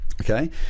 Okay